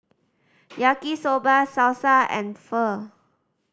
Yaki Soba Salsa and Pho